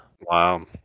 wow